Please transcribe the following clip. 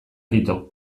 kito